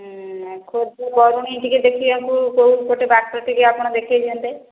ହଁ ଖୋର୍ଦ୍ଧା ବରୁଣେଇ ଟିକେ ଦେଖିବାକୁ କେଉଁପଟେ ବାଟ ଟିକେ ଆପଣ ଦେଖେଇ ଦିଅନ୍ତେ